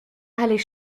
allait